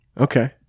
Okay